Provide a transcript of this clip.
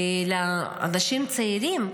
ואנשים צעירים,